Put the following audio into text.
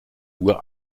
uhr